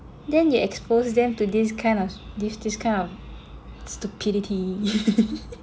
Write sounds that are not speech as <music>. then they exposed them to this kind of this this kind of stupidity <laughs>